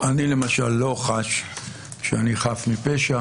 אני למשל לא חש שאני חף מפשע,